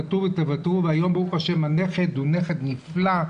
ותוותרו' והנה היום ב"ה הנכד הוא נכד פלא,